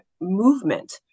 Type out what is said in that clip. movement